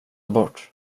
bort